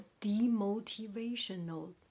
demotivational